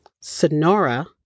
Sonora